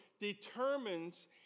determines